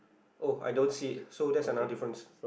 oh I don't see it so that's another difference